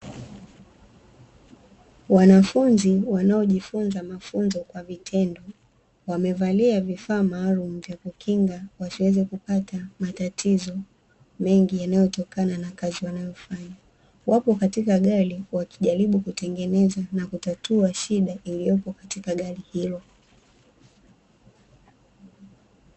Wanafunzi wanaojifunza mafunzo kwa vitendo wamevalia vifaa maalum vya kukinga wasiweze kupata matatizo mengi yanayotokana na kazi wanayofanya. Wapo katika gari wakijaribu kutengeneza na kutatua shida iliyopo katika gari hilo.